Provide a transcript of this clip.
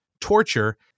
torture